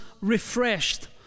refreshed